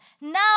Now